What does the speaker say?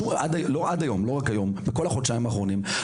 לא רק היום אלא בכל החודשיים האחרונים,